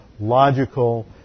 logical